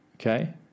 okay